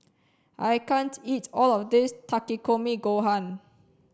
I can't eat all of this Takikomi gohan